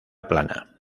plana